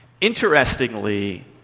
Interestingly